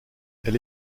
elle